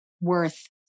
worth